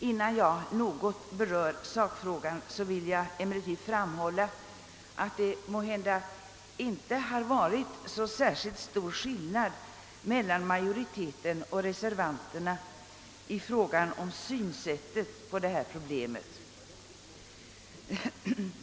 Innan jag går närmare in på sakfrågan vill jag dock framhålla att det måhända inte har varit så särskilt stor skillnad mellan majoriteten och reservanterna när det gäller synsättet på dessa problem.